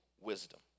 wisdom